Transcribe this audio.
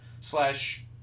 slash